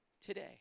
today